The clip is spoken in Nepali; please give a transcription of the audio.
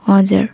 हजुर